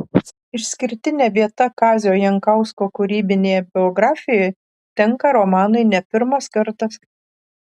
išskirtinė vieta kazio jankausko kūrybinėje biografijoje tenka romanui ne pirmas kartas